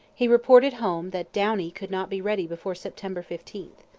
he reported home that downie could not be ready before september fifteen.